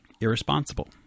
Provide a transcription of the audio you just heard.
irresponsible